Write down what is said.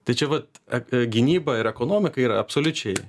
tai čia vat apie gynybą ir ekonomiką yra absoliučiai